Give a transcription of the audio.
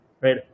right